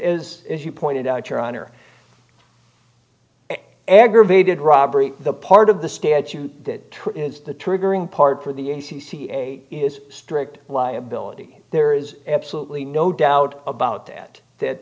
is as you pointed out your honor aggravated robbery the part of the statute that is the triggering part for the a c c a is strict liability there is absolutely no doubt about that that